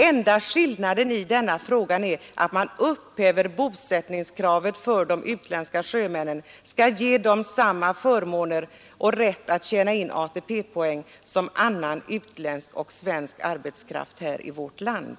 Enda skillnaden är att man upphäver bosättningskravet för de utländska sjömännen och ger dem samma förmåner och rätt att tjäna in ATP-poäng som annan utländsk och svensk arbetskraft i vårt land.